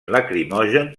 lacrimogen